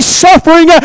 suffering